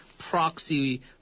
proxy